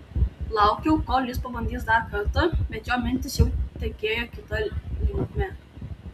laukiau kol jis pabandys dar kartą bet jo mintys jau tekėjo kita linkme